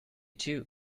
too